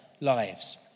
lives